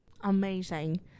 amazing